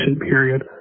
period